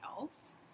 else